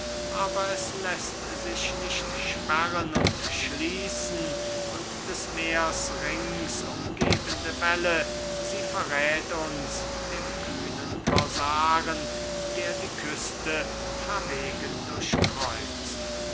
aber es läßt sich nicht sperren und schließen und des meers rings umgebende welle sie verräth uns dem kühnen corsaren die die küste verwegen